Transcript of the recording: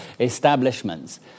establishments